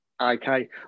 Okay